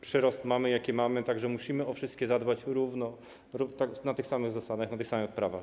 Przyrost mamy, jaki mamy, tak że musimy o wszystkie zadbać równo, na tych samych zasadach, na tych samych prawach.